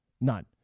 None